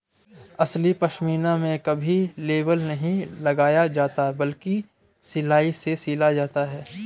असली पश्मीना में कभी लेबल नहीं लगाया जाता बल्कि सिलाई से सिला जाता है